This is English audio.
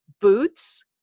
Boots